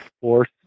force